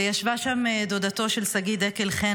וישבה שם דודתו של שגיא דקל חן,